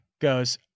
goes